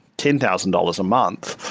ten thousand dollars a month,